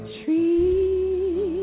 tree